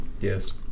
yes